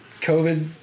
COVID